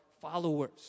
followers